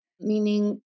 meaning